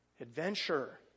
adventure